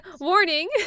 warning